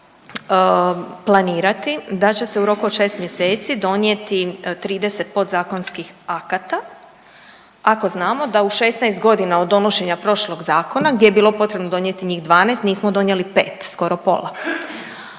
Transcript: planirati da će se u roku od 6 mjeseci donijeti 30 podzakonskih akata ako znamo da u 16 godina od donošenja prošlog zakona gdje je bilo potrebno donijeti njih 12 nismo donijeli 5 skoro pola.